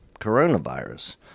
coronavirus